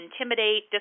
intimidate